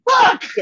Fuck